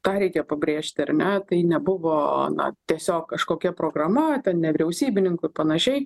tą reikia pabrėžti ar ne tai nebuvo na tiesiog kažkokia programa ten nevyriausybininkų ir panašiai